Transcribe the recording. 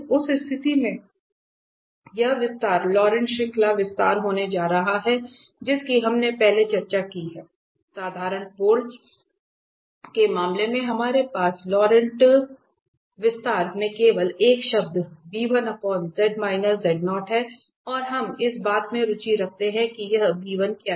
उस स्थिति में यह विस्तार लॉरेंट श्रृंखला विस्तार होने जा रहा है जिसकी हमने पहले चर्चा की है साधारण पोल के मामले में हमारे पास लॉरेंट श्रृंखला विस्तार में केवल एक शब्द है और हम इस बात में रुचि रखते हैं कि यह क्या है